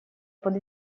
под